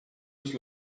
was